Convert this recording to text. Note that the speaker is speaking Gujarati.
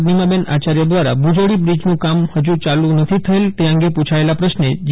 નીમાબેન આયાર્થ દ્વારા ભુજોડી બ્રિજનું કામહજુ સુ ધી ચાલુ નથી થયેલ તે અંગે પ્ છાયેલાં પ્રશ્ને જી